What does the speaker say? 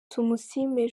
tumusiime